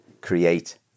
create